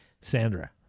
Sandra